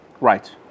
Right